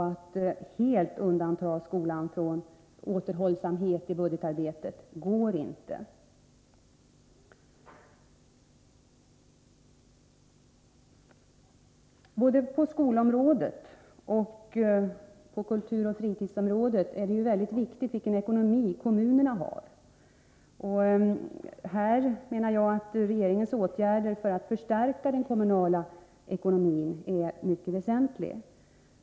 Att helt undanta skolan från återhållsamhet i budgetarbetet går inte. Både på skolområdet och på kulturoch fritidsområdena är kommunernas ekonomi mycket viktig. Jag anser att regeringens åtgärder för att förstärka den kommunala ekonomin därför är mycket väsentliga.